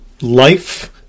life